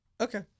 Okay